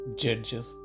Judges